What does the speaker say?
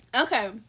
Okay